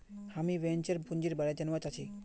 हामीं वेंचर पूंजीर बारे जनवा चाहछी